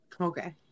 Okay